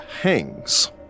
hangs